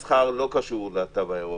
כל המסחר לא קשור לתו הירוק,